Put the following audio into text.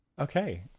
okay